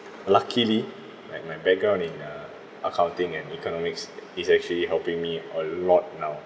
luckily like my background in uh accounting and economics is actually helping me a lot now